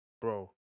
Bro